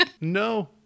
No